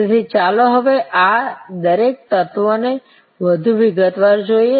તેથી ચાલો હવે આ દરેક તત્વોને વધુ વિગતવાર જોઈએ